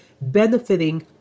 benefiting